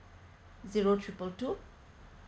zero triple two